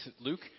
Luke